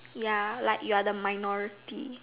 ya like you are the minority